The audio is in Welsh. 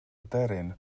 aderyn